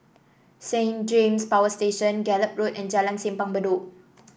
Saint James Power Station Gallop Road and Jalan Simpang Bedok